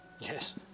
Yes